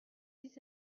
six